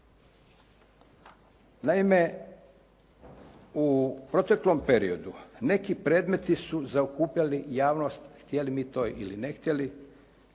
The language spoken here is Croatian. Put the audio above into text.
Naime, u proteklom periodu neki predmeti su zaokupljali javnost htjeli mi to ili ne htjeli,